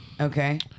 Okay